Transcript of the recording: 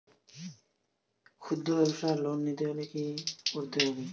খুদ্রব্যাবসায় লোন নিতে হলে কি করতে হবে?